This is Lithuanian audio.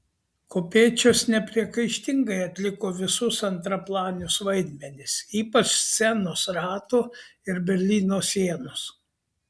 kopėčios nepriekaištingai atliko visus antraplanius vaidmenis ypač scenos rato ir berlyno sienos